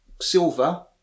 Silver